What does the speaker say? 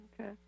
Okay